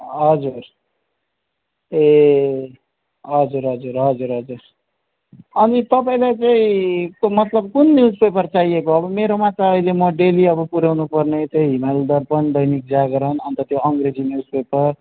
हजुर ए हजुर हजुर हजुर हजुर अनि तपाईँलाई चाहिँ मतलब कुन न्युज पेपर चाहिएको अब मेरोमा त अहिले म डेली अब पुर्याउनु पर्ने चाहिँ हिमालय दर्पण दैनिक जागरण अन्त त्यो अङ्ग्रेजी न्युज पेपर